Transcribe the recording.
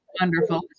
wonderful